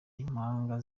impanga